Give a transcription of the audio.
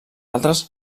altres